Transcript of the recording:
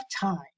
time